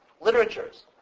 literatures